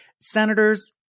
senators